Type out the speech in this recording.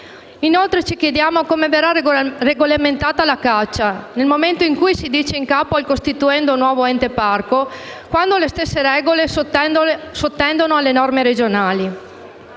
Inoltre, ci chiediamo come verrà regolamentata la caccia nel momento in cui si prevede in capo al costituendo Ente parco, quando le stesse regole sottendono alle norme regionali.